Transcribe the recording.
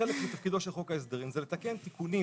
חלק מתפקידו של חוק ההסדרים זה לתקן תיקונים